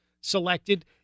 selected